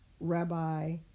Rabbi